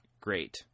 great